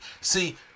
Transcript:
see